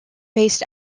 based